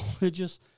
religious